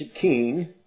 king